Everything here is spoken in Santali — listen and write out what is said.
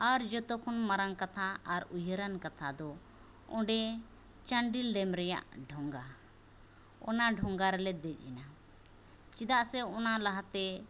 ᱟᱨ ᱡᱚᱛᱚᱠᱷᱚᱱ ᱢᱟᱨᱟᱝ ᱠᱟᱛᱷᱟ ᱟᱨ ᱩᱭᱦᱟᱹᱨᱟᱱ ᱠᱟᱛᱷᱟᱫᱚ ᱚᱸᱰᱮ ᱪᱟᱱᱰᱤᱞ ᱰᱮᱢ ᱨᱮᱭᱟᱜ ᱰᱷᱚᱸᱜᱟ ᱚᱱᱟ ᱰᱷᱚᱸᱜᱟᱨᱮᱞᱮ ᱫᱮᱡᱮᱱᱟ ᱪᱮᱫᱟᱜ ᱥᱮ ᱚᱱᱟ ᱞᱟᱦᱟᱛᱮ